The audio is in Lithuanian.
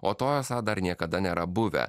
o to esą dar niekada nėra buvę